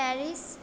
Paris